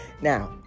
Now